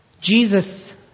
Jesus